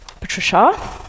Patricia